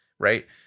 Right